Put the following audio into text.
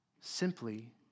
simply